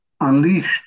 unleashed